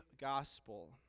gospel